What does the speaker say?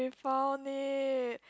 found it